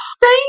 Thank